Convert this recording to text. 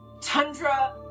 tundra